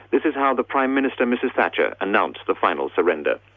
this is how the prime minister, mrs thatcher, announced the final surrender.